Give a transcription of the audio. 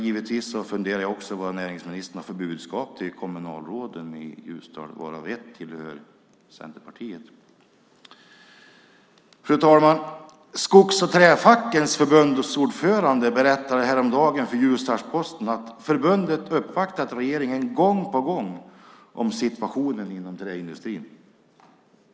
Givetvis funderar jag också på vad näringsministern har för budskap till kommunalråden i Ljusdal, varav ett är med i Centerpartiet. Fru talman! Skogs och Träfackets förbundsordförande berättade häromdagen för Ljusdals-Posten att förbundet uppvaktat regeringen gång på gång om situationen inom träindustrin.